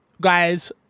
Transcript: guys